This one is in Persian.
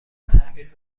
تحویل